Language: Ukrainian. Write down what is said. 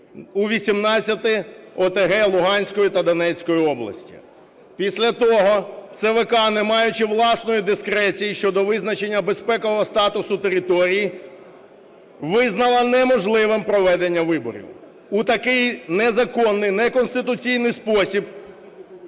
у 18 ОТГ Луганської та Донецької області. Після того ЦВК, не маючи власної дискреції щодо визначення безпекового статусу територій, визнала неможливим проведення виборів. У такий незаконний, неконституційний спосіб